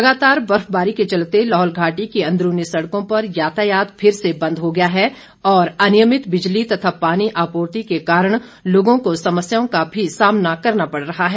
लगातार बर्फबारी के चलते लाहौल घाटी की अंदरूनी सड़कों पर यातायात फिर से बंद हो गया है और अनियमित बिजली तथा पानी आपूर्ति के कारण लोगों को समस्याओं का भी सामना करना पड़ रहा है